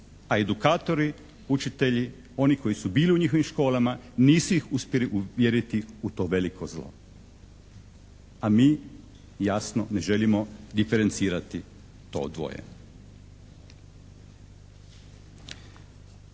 a edukatori, učitelji, oni koji su bili u njihovim školama nisu ih uspjeli uvjeriti u to veliko zlo. A mi jasno, ne želimo diferencirati to dvoje.